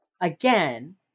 again